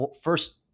first